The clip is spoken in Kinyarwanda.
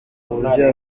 uburyo